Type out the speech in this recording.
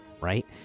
right